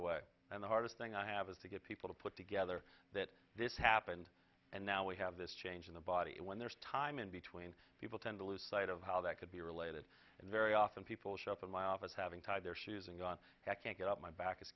away and the hardest thing i have is to get people to put together that this happened and now we have this change in the body when there's time in between people tend to lose sight of how that could be related and very often people show up at my office having tie their shoes and got that can't get up my back is